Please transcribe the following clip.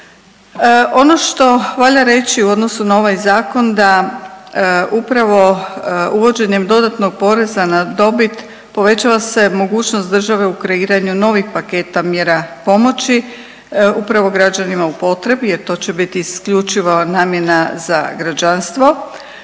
Ono što valja reći u odnosu na ovaj zakon da upravo uvođenjem dodatnog poreza na dobit povećava se mogućnost države u kreiranju novih paketa mjera pomoći upravo građanima u potrebi jer to će biti isključivo namjena za građanstvo,